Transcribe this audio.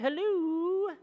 hello